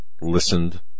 listened